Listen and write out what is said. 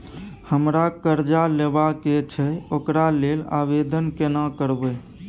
हमरा कर्जा लेबा के छै ओकरा लेल आवेदन केना करबै?